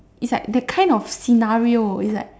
is like that kind of scenario is like